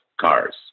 cars